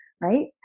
right